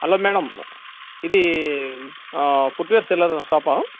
hello madam ఇది footwear seller షాపా